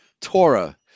Torah